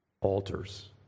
Altars